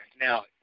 Now